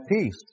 peace